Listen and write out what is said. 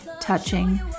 touching